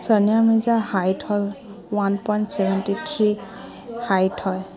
ছানিয়া মিৰ্জাৰ হাইট হ'ল one point seventy three height হয়